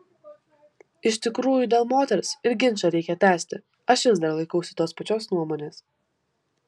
iš tikrųjų dėl moters ir ginčą reikia tęsti aš vis dar laikausi tos pačios nuomonės